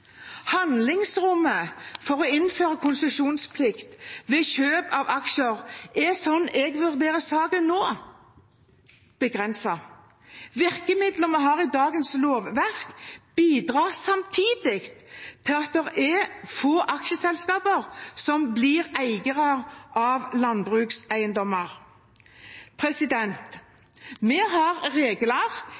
Handlingsrommet for å innføre konsesjonsplikt ved kjøp av aksjer er, sånn jeg vurderer saken nå, begrenset. Virkemidler vi har i dagens lovverk, bidrar samtidig til at det er få aksjeselskaper som blir eiere av landbrukseiendommer. Vi har regler